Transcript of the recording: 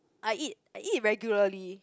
I eat I eat regularly